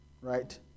right